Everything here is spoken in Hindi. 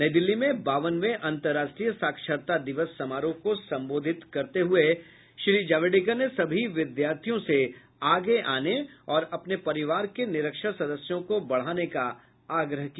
नई दिल्ली में बावनवें अंतराष्ट्रीय साक्षरता दिवस समारोह को संबोतिध करते हुये श्री जावड़ेकर ने सभी विद्यार्थियों से आगे आने और अपने परिवार के निरक्षर सदस्यों को पढ़ाने का आग्रह किया